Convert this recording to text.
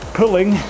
pulling